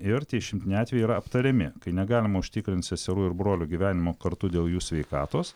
ir tie išimtini atvejai yra aptariami kai negalima užtikrint seserų ir brolių gyvenimo kartu dėl jų sveikatos